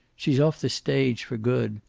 she's off the stage for good.